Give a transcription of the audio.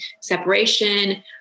separation